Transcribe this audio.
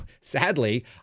sadly